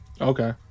Okay